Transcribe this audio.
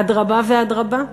אדרבה ואדרבה,